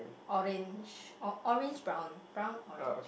orange or orange brown brown orange